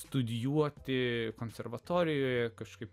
studijuoti konservatorijoje kažkaip